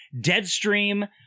Deadstream